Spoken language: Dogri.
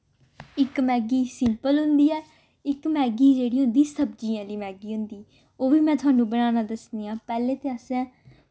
इक मैगी सिंपल होंदी ऐ इक मैगी जेह्ड़ी होंदी सब्जियें आह्ली मैगी होंदी ओह् बी में थोआनू बनाना दस्सनी आं पैह्लें ते असें